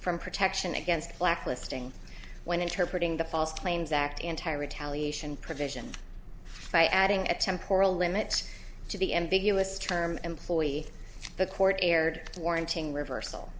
from protection against blacklisting when interpreting the false claims act anti retaliation provision by adding a temporal limits to be ambiguous term employee the court erred warranting reversal